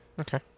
Okay